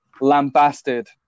lambasted